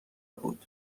بود